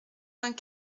vingt